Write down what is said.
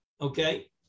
Okay